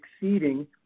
exceeding